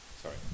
Sorry